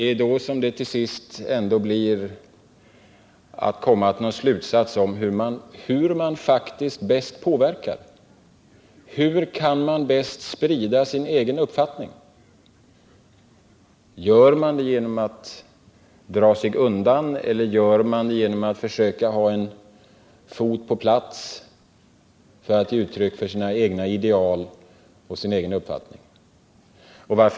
Vi måste komma till någon slutsats om hur man bäst påverkar och hur man bäst kan sprida sin egen uppfattning. Sker det bäst genom att man drar sig undan eller genom att man försöker vara på plats för att kunna ge uttryck för sina egna ideal och sin egen uppfattning?